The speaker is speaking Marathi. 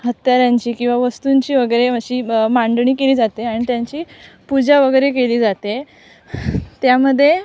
हत्यारांची किंवा वस्तूंची वगैरे अशी ब मांडणी केली जाते आणि त्यांची पूजा वगैरे केली जाते त्यामध्ये